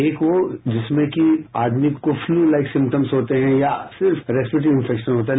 एक वो जिसमें की आदमी को फ्लू लाइक सिमटम्स होते हैं या फिर रेसपिरेटरी इन्फैक्शन होता है